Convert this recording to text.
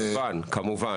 כמובן.